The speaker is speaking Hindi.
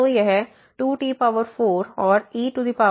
तो यह 2t4 और et2है